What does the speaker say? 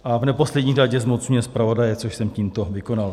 V. a v neposlední řadě zmocňuje zpravodaje, což jsem tímto vykonal.